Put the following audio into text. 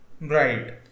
right